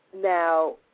Now